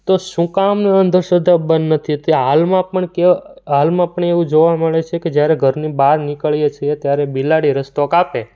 તો શું કામ અંધશ્રદ્ધાઓ બંધ નથી હાલમાં પણ કેવા હાલમાં પણ એવું જોવા મળે છે કે જ્યારે ઘરની બહાર નીકળીએ છીએ ત્યારે બિલાડી રસ્તો કાપે